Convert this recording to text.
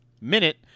Minute